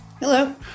Hello